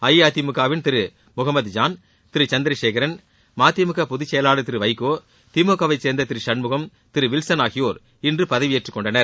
அஇஅதிமுக வின் திரு முகமத் ஜான் திரு சந்திரசேகரன் மதிமுக பொதுச்செயலாளர் திரு வைகோ திமுக வைச் சே்ந்த திரு சண்முகம் திரு வில்சன ஆகியோர் இன்று பதவியேற்றுக் கொண்டனர்